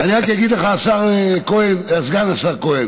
רק אגיד לך, סגן השר כהן,